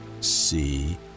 see